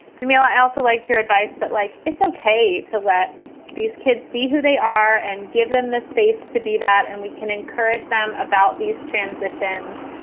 jameela, i also like to advice that, like it's okay to let these kids be who they are and give them the space to be that. and we can encourage them about these these transitions.